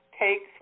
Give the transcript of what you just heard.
takes